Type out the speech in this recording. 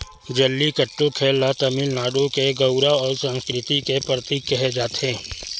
जल्लीकट्टू खेल ल तमिलनाडु के गउरव अउ संस्कृति के परतीक केहे जाथे